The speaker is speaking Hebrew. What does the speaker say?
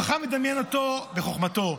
חכם מדמיין אותו בחוכמתו.